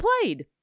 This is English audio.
played